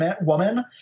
woman